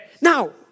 Now